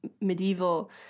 medieval